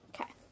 okay